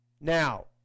Now